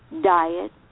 diet